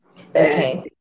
Okay